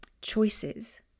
choices